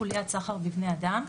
חוליית סחר בבני אדם.